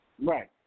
Right